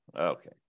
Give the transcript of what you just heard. okay